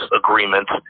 agreement